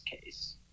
case